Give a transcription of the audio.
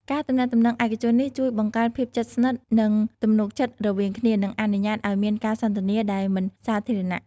ការទំនាក់ទំនងឯកជននេះជួយបង្កើនភាពជិតស្និទ្ធ និងទំនុកចិត្តរវាងគ្នា និងអនុញ្ញាតឱ្យមានការសន្ទនាដែលមិនសាធារណៈ។